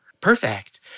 Perfect